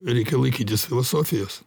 reikia laikytis filosofijos